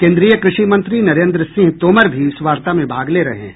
केन्द्रीय कृषि मंत्री नरेन्द्र सिंह तोमर भी इस वार्ता में भाग ले रहे हैं